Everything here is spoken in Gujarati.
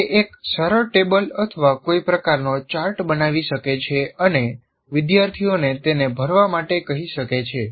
તે એક સરળ ટેબલ અથવા કોઈ પ્રકારનો ચાર્ટ બનાવી શકે છે અને વિદ્યાર્થીઓને તેને ભરવા માટે કહી શકે છે